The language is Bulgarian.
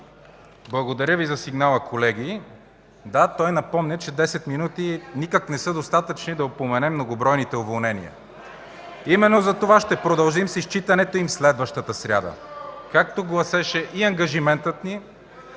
благодаря Ви за сигнала, колеги. Да, той напомня, че 10 минути никак не са достатъчни да упоменем многобройните уволнения. (Силен шум и реплики.) Именно затова ще продължим с изчитането им следващата сряда. Както гласеше и ангажиментът ни